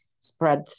spread